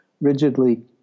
rigidly